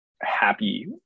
happy